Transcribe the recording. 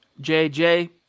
JJ